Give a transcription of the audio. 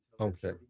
Okay